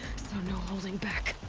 so no holding back!